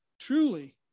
Truly